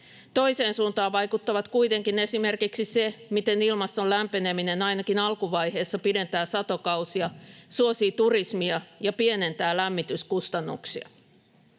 Toiseen suuntaan vaikuttavat kuitenkin esimerkiksi se, miten ilmaston lämpeneminen ainakin alkuvaiheessa pidentää satokausia, suosii turismia ja pienentää lämmityskustannuksia.